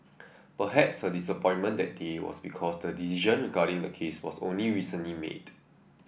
perhaps her disappointment that day was because the decision regarding the case was only recently made